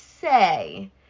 say